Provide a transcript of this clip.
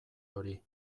hori